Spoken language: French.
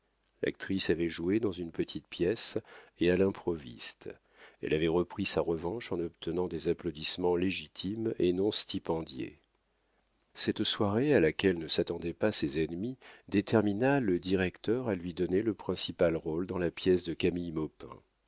l'actrice avait joué dans une petite pièce à l'improviste elle avait repris sa revanche en obtenant des applaudissements légitimes et non stipendiés cette soirée à laquelle ne s'attendaient pas ses ennemis détermina le directeur à lui donner le principal rôle dans la pièce de camille